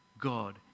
God